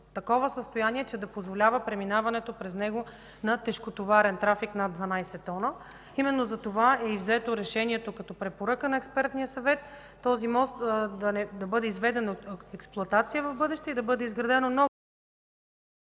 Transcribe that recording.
такова състояние, че да позволява преминаването през него на тежкотоварен трафик над 12 тона. Именно затова е взето решението, като препоръка на експертния съвет, този мост да бъде изведен от експлоатация в бъдеще и да бъде изградено ново